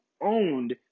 owned